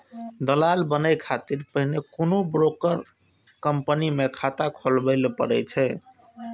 दलाल बनै खातिर पहिने कोनो ब्रोकर कंपनी मे खाता खोलबय पड़ै छै